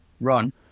run